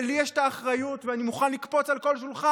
ולי יש את האחריות, ואני מוכן לקפוץ על כל שולחן